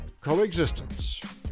coexistence